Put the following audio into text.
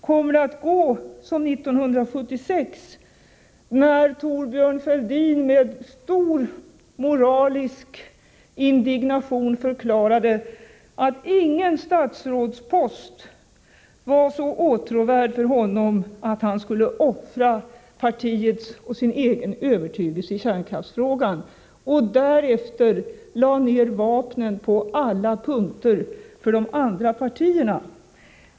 Kommer det att gå som 1976, när Thorbjörn Fälldin med stor moralisk indignation förklarade, att ingen statsrådspost var så åtråvärd för honom att han skulle offra partiets och sin övertygelse i kärnkraftsfrågan, och därefter på alla punkter lade ned vapnen för de andra partierna?